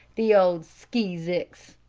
the old skee-zicks!